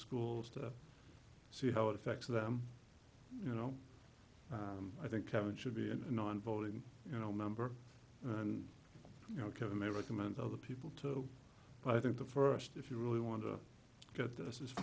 schools to see how it affects them you know i think kevin should be an non voting you know member and you know give him a recommend other people too but i think the first if you really want to get this is